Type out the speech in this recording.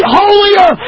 holier